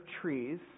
trees